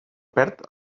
perd